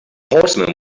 horseman